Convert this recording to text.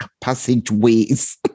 passageways